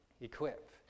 Equip